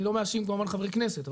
אני לא מאשים כמובן חברי כנסת,